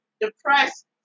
depressed